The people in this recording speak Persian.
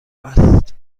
است